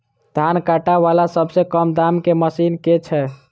धान काटा वला सबसँ कम दाम केँ मशीन केँ छैय?